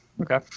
Okay